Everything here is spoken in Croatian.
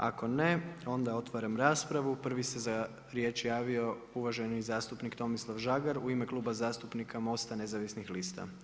Ako ne, onda otvaram raspravu, prvi se za riječ javio uvaženi zastupnik Tomislav Žagar u ime Kluba zastupnika MOST-a nezavisnih lista.